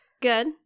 Good